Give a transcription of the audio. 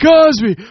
Cosby